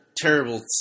terrible